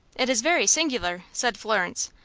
it is very singular, said florence,